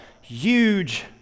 Huge